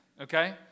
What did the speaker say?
okay